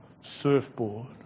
surfboard